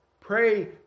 Pray